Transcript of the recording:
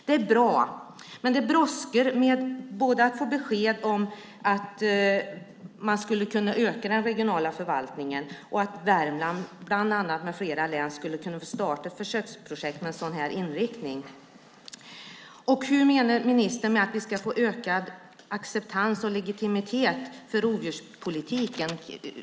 Det är bra, men det brådskar både med att få besked om att man skulle kunna öka den regionala förvaltningen och att Värmland med flera län skulle kunna få starta ett försöksprojekt med en sådan här inriktning. Hur menar ministern att vi ska få en ökad acceptans och legitimitet för rovdjurspolitiken?